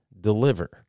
deliver